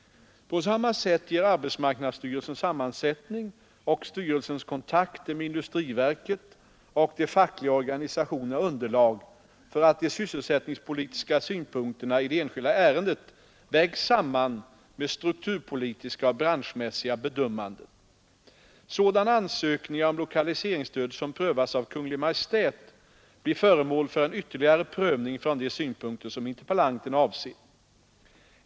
På samma sätt ger arbetsmarknadsstyrelsens sammansättning och styrelsens kontakter med industriverket och de fackliga organisationerna underlag för att de sysselsättningspolitiska synpunkterna i det enskilda ärendet vägs samman med strukturpolitiska och branschmässiga bedömanden. Sådana ansökningar om lokaliseringsstöd som prövas av Kungl. Maj:t blir föremål för en ytterligare prövning från de synpunkter som interpellanten avser.